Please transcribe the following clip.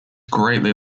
greatly